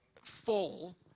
fall